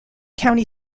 county